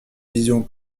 vision